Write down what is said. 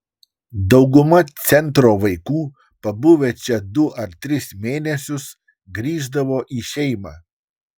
dauguma centro vaikų pabuvę čia du ar tris mėnesius grįždavo į šeimą